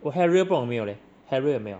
我 harrier 不懂有没有 leh harrier 有没有